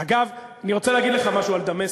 אגב, אני רוצה להגיד לך משהו על דמשק.